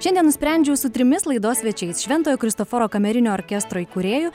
šiandien nusprendžiau su trimis laidos svečiais šventojo kristoforo kamerinio orkestro įkūrėju